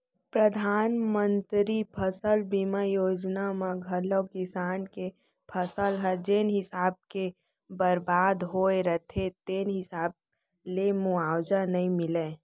परधानमंतरी फसल बीमा योजना म घलौ किसान के फसल ह जेन हिसाब ले बरबाद होय रथे तेन हिसाब ले मुवावजा नइ मिलय